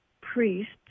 priests